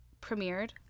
premiered